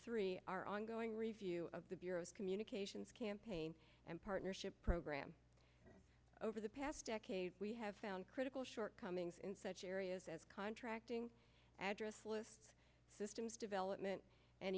three are ongoing review of the communications campaign and partnership program over the past decade we have found critical shortcomings in such areas as contracting address systems development and